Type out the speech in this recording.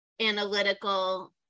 analytical